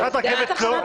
החושך או אם תרצי,